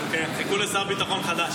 כן, חיכו לשר ביטחון חדש.